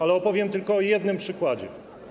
Ale opowiem tylko o jednym przykładzie.